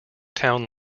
town